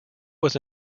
was